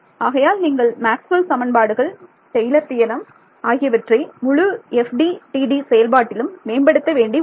ஆகையால் நீங்கள் மேக்ஸ்வெல் சமன்பாடுகள் டெய்லர் தியரம் Taylor's theorem ஆகியவற்றை முழு FDTD செயல்பாட்டிலும் மேம்படுத்த வேண்டி உள்ளது